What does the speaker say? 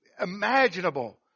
imaginable